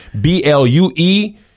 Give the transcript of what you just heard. B-L-U-E